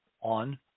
on